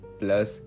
plus